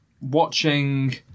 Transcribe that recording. watching